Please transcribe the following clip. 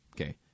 Okay